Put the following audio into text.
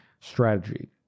strategy